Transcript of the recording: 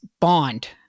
bond